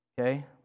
Okay